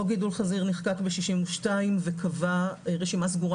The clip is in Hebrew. חוק גידול חזיר נחקק ב-62' וקבע רשימה סגורה